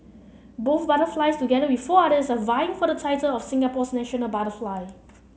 both butterflies together with four others are vying for the title of Singapore's national butterfly